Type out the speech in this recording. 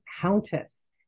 countess